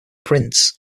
prince